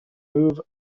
move